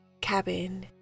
cabin